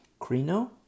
Crino